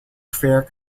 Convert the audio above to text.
fare